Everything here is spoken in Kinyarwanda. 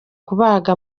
kubaga